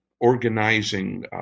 organizing